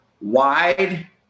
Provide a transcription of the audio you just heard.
wide